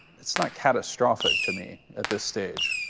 it's not catastrophic to me at this stage.